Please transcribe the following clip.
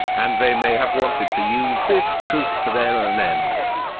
and they may have wanted to use this truth for their own ends.